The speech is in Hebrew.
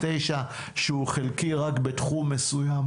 שהוא חלקי רק בתחום מסוים,